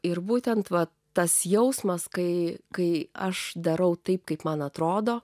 ir būtent va tas jausmas kai kai aš darau taip kaip man atrodo